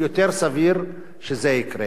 יותר סביר שזה יקרה.